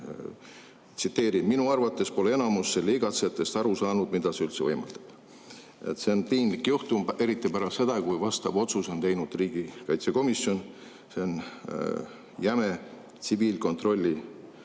Tsiteerin: "Minu arvates pole enamus selle igatsejatest aru saanud, mida see üldse võimaldab." See on piinlik juhtum, eriti pärast seda, kui vastava otsuse on teinud riigikaitsekomisjon. See on jäme tsiviilkontrollireeglite